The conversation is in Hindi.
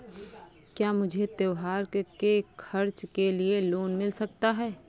क्या मुझे त्योहार के खर्च के लिए लोन मिल सकता है?